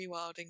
rewilding